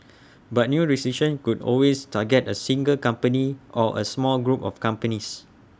but new restrictions could always target A single company or A small group of companies